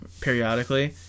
periodically